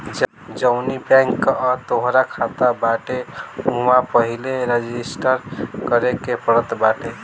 जवनी बैंक कअ तोहार खाता बाटे उहवा पहिले रजिस्टर करे के पड़त बाटे